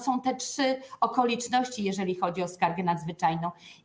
Są te trzy okoliczności, jeżeli chodzi o skargę nadzwyczajną.